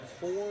Four